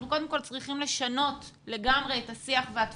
אנחנו קודם כל צריכים לשנות לגמרי את השיח והתפיסה